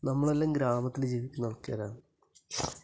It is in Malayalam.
നമ്മളെല്ലാം ഗ്രാമത്തില് ജീവിക്കുന്ന ആൾക്കാരാണ്